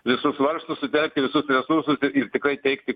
visus varžtus sutelkti visus resursus ir tikrai teikti